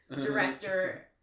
director